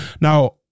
now